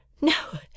No